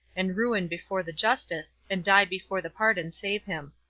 and ruin before the justice, and die before the pardon save him.